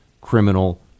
criminal